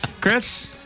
Chris